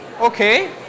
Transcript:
okay